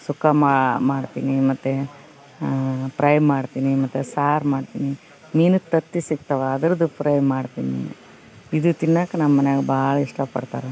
ಸುಕ್ಕ ಮಾಡ್ತೀನಿ ಮತ್ತು ಪ್ರೈ ಮಾಡ್ತೀನಿ ಮತ್ತು ಸಾರು ಮಾಡ್ತೀನಿ ಮೀನಿದ ತತ್ತಿ ಸಿಗ್ತವ ಅದ್ರದ್ದು ಫ್ರೈ ಮಾಡ್ತಿನಿ ಇದು ತಿನ್ನಕೆ ನಮ್ಮನೆಯಾಗ ಭಾಳ ಇಷ್ಟ ಪಡ್ತಾರೆ